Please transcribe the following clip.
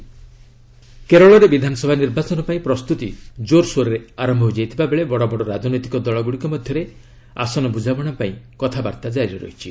Kerala alliance କେରଳରେ ବିଧାନସଭା ନିର୍ବାଚନ ପାଇଁ ପ୍ରସ୍ତୁତି ଜୋରସୋରରେ ଆରମ୍ଭ ହୋଇଯାଇଥିବା ବେଳେ ବଡ଼ବଡ଼ ରାଜନୈତିକ ଦଳଗୁଡ଼ିକ ମଧ୍ୟରେ ଆସନ ବୁଝାମଣା ପାଇଁ କଥାବାର୍ତ୍ତା କ୍ଷାରି ରହିଛି